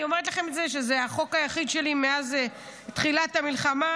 אני אומרת לכם שזה החוק היחיד שלי מאז תחילת המלחמה,